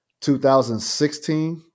2016